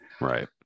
Right